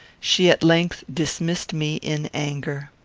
she at length dismissed me in anger.